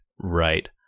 Right